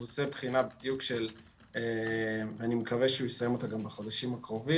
הוא עושה בחינה שאני מקווה שהוא יסיים אותה בחודשים הקרובים.